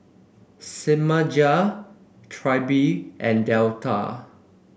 Semaj Trilby and Delta